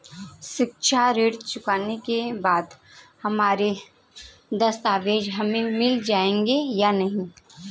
शिक्षा ऋण चुकाने के बाद हमारे दस्तावेज हमें मिल जाएंगे या नहीं?